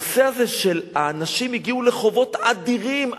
הנושא הזה שאנשים הגיעו לחובות אדירים,